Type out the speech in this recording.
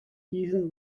gießen